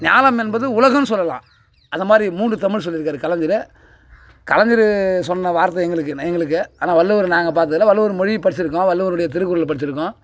ஞாலாம் என்பது உலகுன்னு சொல்லலாம் அதை மாதிரி மூன்று தமிழ் சொல்லிருக்கார் கலைஞர் கலைஞர் சொன்ன வார்த்தை எங்களுக்கு ந எங்களுக்கு ஆனால் வள்ளுவர் நாங்கள் பார்த்ததுல இல்லை வள்ளுவர் மொழி படிச்சுருக்கோம் வள்ளுவருடைய திருக்குறளை படிச்சுருக்கோம்